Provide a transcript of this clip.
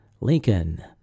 Lincoln